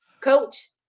coach